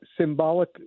symbolic